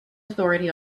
authority